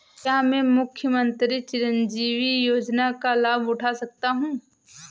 क्या मैं मुख्यमंत्री चिरंजीवी योजना का लाभ उठा सकता हूं?